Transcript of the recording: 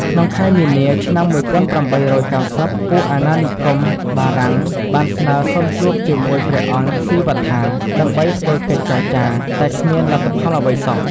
ក្នុងខែមីនា ឆ្នាំ ១៨៩០ ពួកអាណានិគមបារាំងបានស្នើសុំជួបជាមួយព្រះអង្គស៊ីវត្ថាដើម្បីធ្វើកិច្ចចរចា តែគ្មានលទ្ធផលអ្វីសោះ។